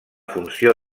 funció